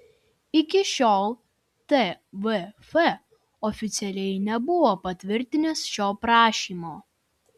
iki šiol tvf oficialiai nebuvo patvirtinęs šio prašymo